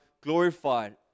glorified